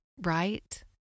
right